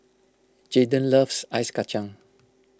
Jaden loves Ice Kachang